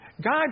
God